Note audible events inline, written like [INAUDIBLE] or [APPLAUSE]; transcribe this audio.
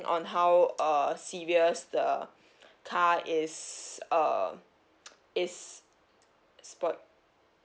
on how uh serious the car is uh [NOISE] is spoiled